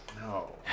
No